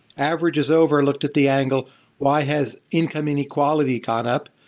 average is over looked at the angle why has income and equality caught up.